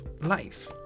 life